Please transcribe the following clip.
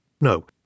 No